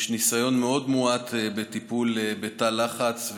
יש ניסיון מאוד מועט בטיפול בתא לחץ,